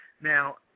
Now